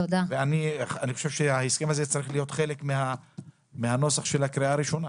אני חושב שההסכם הזה צריך להיות חלק מהנוסח של הקריאה הראשונה,